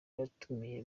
yatumiye